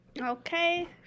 Okay